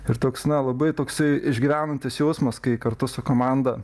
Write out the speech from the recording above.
ir toks na labai toksai išgyvenantis jausmas kai kartu su komanda